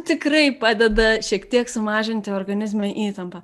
tikrai padeda šiek tiek sumažinti organizmo įtampą